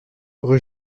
rue